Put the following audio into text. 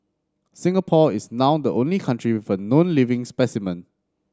Singapore is now the only country with a known living specimen